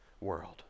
world